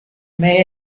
may